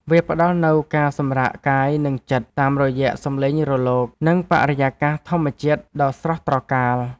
វាផ្ដល់នូវការសម្រាកកាយ និងចិត្ត តាមរយៈសម្លេងរលក និងបរិយាកាសធម្មជាតិដ៏ស្រស់ត្រកាល។